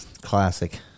classic